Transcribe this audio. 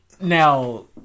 Now